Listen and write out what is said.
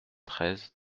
treize